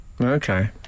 Okay